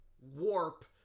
warp